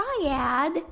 triad